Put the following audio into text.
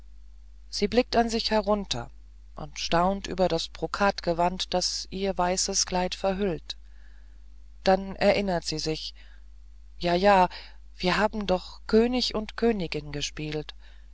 sie blickt an sich herunter und staunt über das brokatgewand das ihr weißes kleid verhüllt dann erinnert sie sich jaja wir haben doch könig und königin gespielt